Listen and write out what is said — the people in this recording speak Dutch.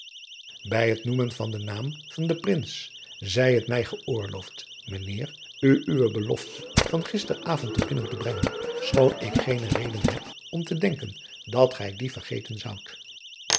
ij het noemen van den naam van den rins zij het mij geoorloofd ijnheer u uwe belofte van gister avond te binnen te brengen schoon ik geene reden heb om te denken dat gij die vergeten zoudt